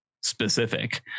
specific